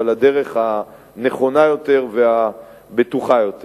אבל בדרך הנכונה יותר והבטוחה יותר.